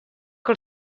que